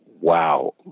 wow